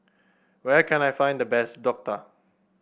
where can I find the best Dhokla